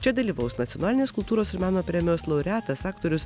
čia dalyvaus nacionalinės kultūros ir meno premijos laureatas aktorius